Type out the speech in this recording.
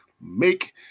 make